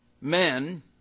men